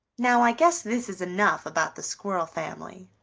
now i guess this is enough about the squirrel family.